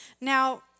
Now